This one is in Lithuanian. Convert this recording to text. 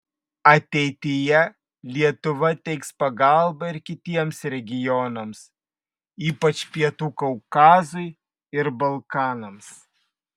ateityje lietuva teiks pagalbą ir kitiems regionams ypač pietų kaukazui ir balkanams